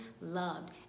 loved